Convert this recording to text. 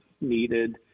needed